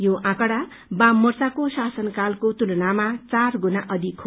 यो आँकड़ा बाममोर्चाको शासनकालको तुलनामा चार गुणा अथिक हो